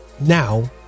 now